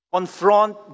Confront